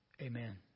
Amen